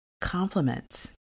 compliments